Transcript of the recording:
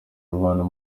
umubano